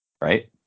Right